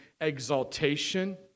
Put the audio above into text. exaltation